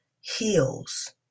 heals